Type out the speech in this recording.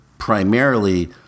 Primarily